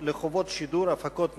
בכל הקשור לחובות שידור, הפקות מקומיות,